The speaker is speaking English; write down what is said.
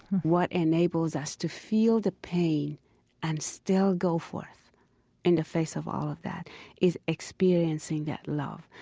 what enables us to feel the pain and still go forth in the face of all of that is experiencing that love.